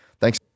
Thanks